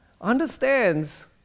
understands